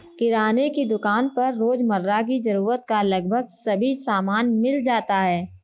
किराने की दुकान पर रोजमर्रा की जरूरत का लगभग सभी सामान मिल जाता है